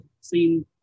seen